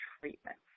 treatment